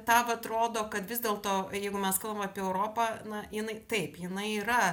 tą vat rodo kad vis dėlto jeigu mes kalbam apie europą na jinai taip jinai yra